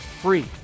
free